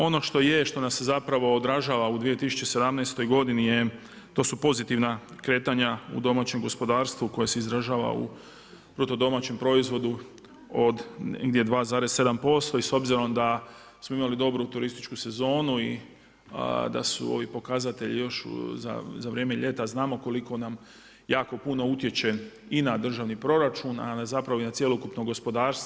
Ono što je, što nas zapravo odražava u 2017. godini je, to su pozitivna kretanja u domaćem gospodarstvu koje se izražava u bruto domaćem proizvodu od negdje 2,7% i s obzirom da smo imali dobru turističku sezonu i da su ovi pokazatelji još za vrijeme ljeta, znamo koliko nam jako puno utječe i na državni proračun, a zapravo i na cjelokupno gospodarstvo.